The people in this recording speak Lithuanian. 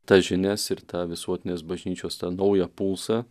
tas žinias ir tą visuotinės bažnyčios tą naują pulsą